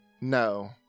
No